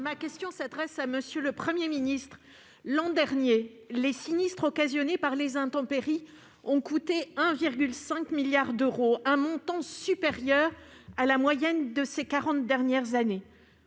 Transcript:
Ma question s'adresse à monsieur le Premier ministre. L'an dernier, les sinistres occasionnés par les intempéries ont coûté 1,5 milliard d'euros, un montant supérieur à la moyenne de ces quarante dernières années.